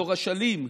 אזור אשלים,